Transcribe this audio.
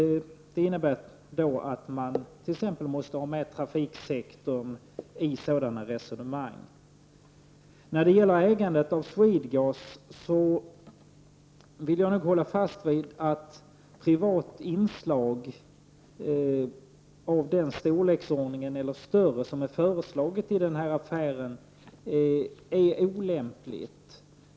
Det innebär att man t.ex. måste ta med trafiksektorn i sådana resonemang. När det gäller ägandet av SwedeGas vill jag ändå hålla fast vid att det är olämpligt med privata inslag av den storlek som har föreslagits i affären eller större.